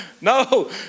No